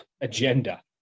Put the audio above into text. agenda